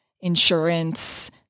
insurance